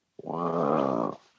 Wow